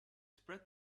spread